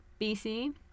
BC